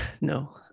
no